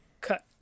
cut